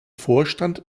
vorstand